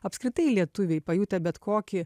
apskritai lietuviai pajutę bet kokį